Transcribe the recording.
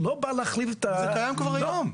הוא לא בא להחליף את -- זה קיים כבר היום.